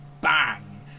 bang